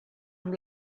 amb